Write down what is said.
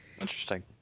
Interesting